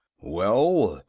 well,